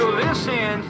listen